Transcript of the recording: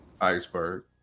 Iceberg